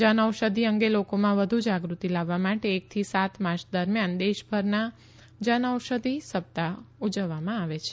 જન ઔષધિ અંગે લોકોમાં વધુ જાગૃતિ લાવવા માટે એક થી સાત માર્ચ દરમિયાન દેશભરમાં જન ઔષધિ સપ્તાહ ઉજવવામાં આવે છે